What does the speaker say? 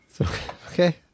Okay